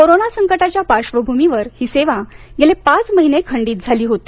corona संकटाच्या पार्श्वभूमीवर ही सेवा गेले पाच महिने खंडित झाली होती